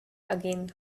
again